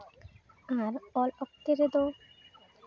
ᱟᱨ ᱚᱞ ᱚᱠᱛᱮ ᱨᱮᱫᱚ